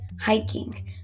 hiking